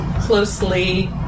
closely